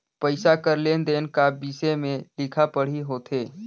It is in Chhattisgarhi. पइसा कर लेन देन का बिसे में लिखा पढ़ी होथे